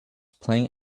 playing